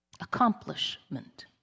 accomplishment